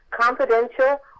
Confidential